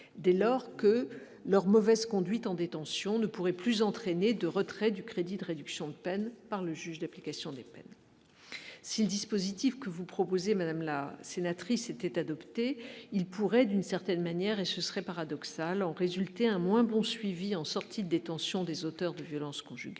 dès lors que leur mauvaise conduite en détention ne pourrait plus entraîner de retrait du crédit de réduction de peine par le juge d'application des peines si le dispositif que vous proposez, madame la sénatrice était adopté, il pourrait d'une certaine manière, et ce serait paradoxal en résulter un moins bon suivi en sortie des tensions, des auteurs de violences conjugales,